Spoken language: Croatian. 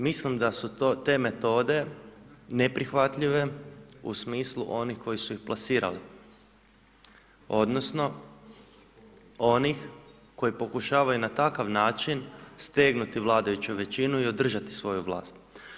Mislim da su to te metode neprihvatljive u smislu onih kojih su ih plasirali, odnosno onih koji pokušavaju na takav način stegnuti vladajuću većinu i održati svoju vlast.